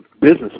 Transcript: Business